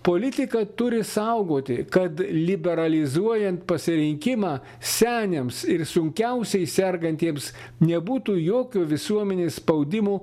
politika turi saugoti kad liberalizuojant pasirinkimą seniams ir sunkiausiai sergantiems nebūtų jokio visuomenės spaudimų